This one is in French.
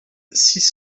six